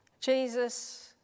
Jesus